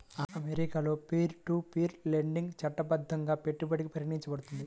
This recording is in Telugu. అమెరికాలో పీర్ టు పీర్ లెండింగ్ చట్టబద్ధంగా పెట్టుబడిగా పరిగణించబడుతుంది